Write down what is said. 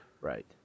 Right